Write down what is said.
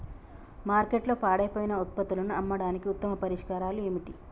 మార్కెట్లో పాడైపోయిన ఉత్పత్తులను అమ్మడానికి ఉత్తమ పరిష్కారాలు ఏమిటి?